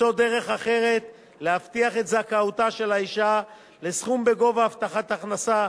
למצוא דרך אחרת להבטיח את זכאותה של האשה לסכום בגובה הבטחת הכנסה,